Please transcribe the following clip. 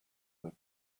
that